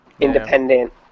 independent